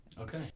Okay